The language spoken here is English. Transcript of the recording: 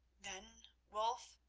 then, wulf,